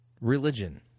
religion